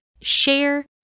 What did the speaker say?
share